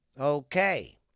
Okay